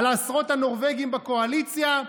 על עשרות הנורבגים בקואליציה?